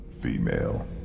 female